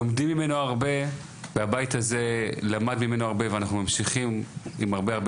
לומדים ממנו הרבה והבית הזה למד ממנו הרבה ואנחנו ממשיכים עם הרבה הרבה